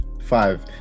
Five